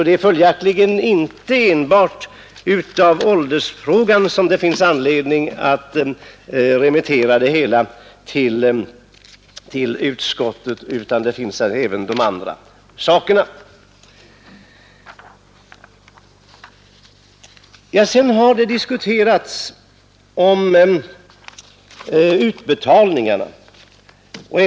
Det finns alltså anledning att remittera inte bara åldersfrågan till utskottet utan även andra frågor. Sedan har också utbetalningarna diskuterats.